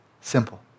Simple